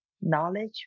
knowledge